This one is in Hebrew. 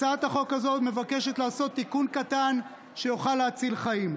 הצעת החוק הזו מבקשת לעשות תיקון קטן שיוכל להציל חיים.